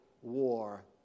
war